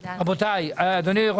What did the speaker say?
אדוני,